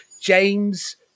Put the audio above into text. James